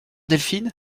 delphine